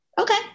okay